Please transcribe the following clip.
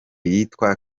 yitwa